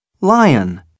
lion